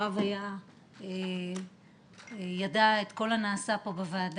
הרב ידע את כל הנעשה פה בוועדה,